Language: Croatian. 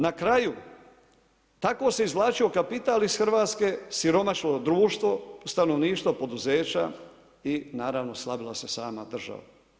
Na kraju tako se izvlačio kapital iz Hrvatske, siromašno društvo, stanovništvo poduzeća i naravno slavila se sama država.